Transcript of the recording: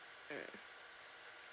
mm